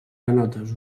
granotes